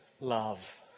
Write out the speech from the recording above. love